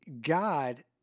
God